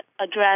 address